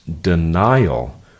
denial